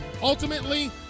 Ultimately